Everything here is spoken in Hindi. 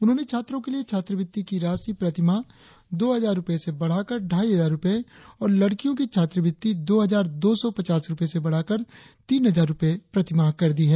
उन्होने छात्रों के लिए छात्रवृत्ति की राशि प्रति माह दो हजार रुपए से बढ़ाकर ढ़ाई हजार रुपए और लड़कियों की छात्रवृत्ति दो हजार दो सौ पचास रुपए से बढ़ाकर तीन हजार रुपए प्रति माह कर दी है